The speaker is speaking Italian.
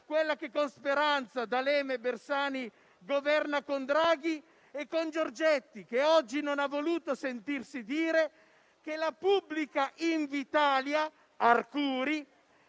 quella che con Speranza, D'Alema e Bersani governa con Draghi e con Giorgetti, che oggi non ha voluto sentirsi dire che la società pubblica Invitalia (Arcuri)